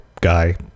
guy